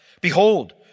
behold